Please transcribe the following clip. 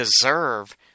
deserve